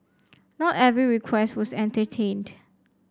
not every request was entertained